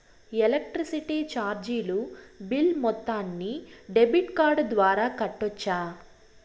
Electricity చార్జీలు bill మొత్తాన్ని debit card ద్వారా కట్టొచ్చా?